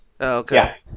Okay